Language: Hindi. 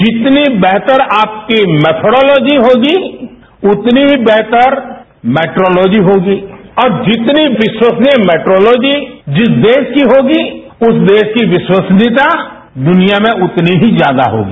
जितनी बेहतर आपकी मेथरोलॉजी होगी उतनी ही बेहतर मेट्रोलॉजी होगी और जितनी विश्वसनीय मेट्रोलॉजी जिस देश की होगी उस देश की विश्वसनीयता दुनिया में उतनी ही ज्यादा होगी